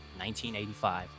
1985